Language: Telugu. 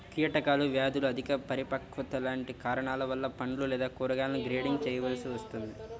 కీటకాలు, వ్యాధులు, అధిక పరిపక్వత లాంటి కారణాల వలన పండ్లు లేదా కూరగాయలను గ్రేడింగ్ చేయవలసి వస్తుంది